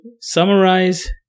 summarize